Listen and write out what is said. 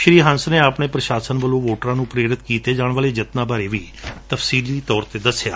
ਸ੍ਰੀ ਹੈਸ ਨੇਂ ਆਪਣੇ ਪ੍ਰਸ਼ਾਸਨ ਵਲੋਂ ਵੋਟਰਾਂ ਨੰ ਪ੍ਰੇਰਿਤ ਕੀਤੇ ਜਾਣ ਵਾਲੇ ਜਨਤਾ ਬਾਰੇ ਵੀ ਤਫਸੀਲੀ ਤੌਰ ਤੇ ਦਸਿਆ